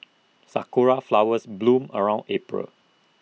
Sakura Flowers bloom around April